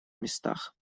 местах